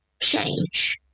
change